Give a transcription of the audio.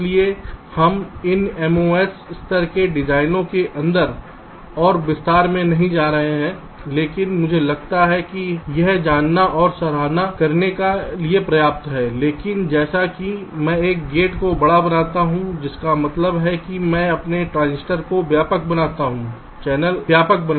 इसलिए हम इन MOS स्तर के डिजाइनों के अंदर और विस्तार में नहीं जा रहे हैं लेकिन मुझे लगता है कि यह जानने और सराहना करने के लिए पर्याप्त है लेकिन जैसा कि मैं एक गेट को बड़ा बनाता हूं जिसका मतलब है कि मैं अपने ट्रांजिस्टर को व्यापक बनाता हूं चैनल व्यापक